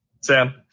Sam